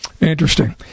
Interesting